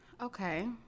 Okay